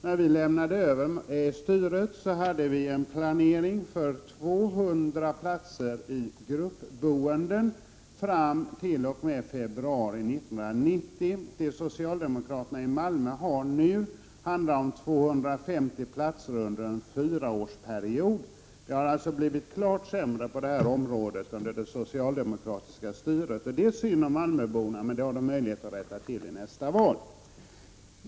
När vi lämnade över styret hade vi i Malmö planerat 200 platser i gruppboende fram t.o.m. februari 1990. Socialdemokraterna, som nu styr Malmö, planerar 250 platser under en fyraårsperiod. Det har alltså blivit klart sämre på detta område under det socialdemokratiska styret. Det är synd om malmöborna, men de har möjlighet att rätta till detta i nästa val.